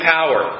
power